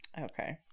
okay